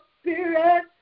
spirit